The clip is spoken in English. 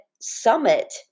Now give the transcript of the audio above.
summit